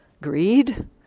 greed